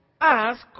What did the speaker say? ask